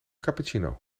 cappuccino